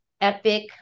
Epic